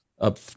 up